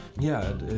yeah.